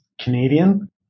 Canadian